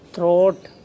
Throat